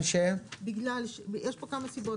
יש פה כמה סיבות.